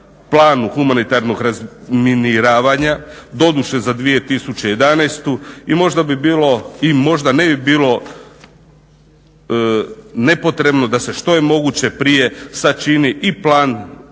Planu humanitarnog razminiravanja, doduše za 2011. i možda ne bi bilo nepotrebno da se što je moguće prije sačini i Plan